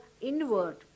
inward